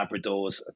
Labradors